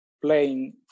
playing